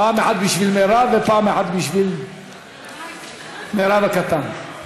פעם אחת בשביל מירב ופעם אחת בשביל מירב הקטן.